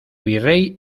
virrey